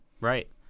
Right